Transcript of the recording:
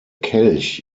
kelch